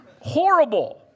Horrible